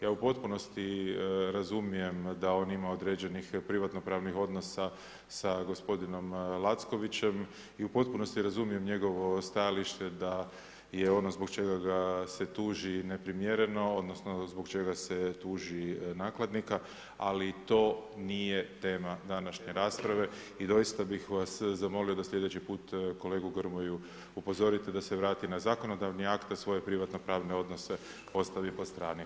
Ja u potpunosti razumijem da on ima određenih privatno pravnih odnosa sa gospodinom Lackovićem i u potpunosti razumijem njegovo stajalište da je ono zbog čega ga se tuži neprimjereno odnosno zbog čega se tuži nakladnika ali to nije tema današnje rasprave i doista bih vas zamolio da slijedeći put kolegu Grmoju upozorite da se vrati zakonodavni akt a svoje privatno pravne odnose ostavi po strani.